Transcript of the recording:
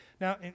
Now